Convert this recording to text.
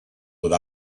with